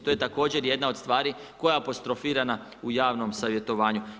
To je također jedna od stvari koja je apostrofirana u javnom savjetovanju.